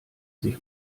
sich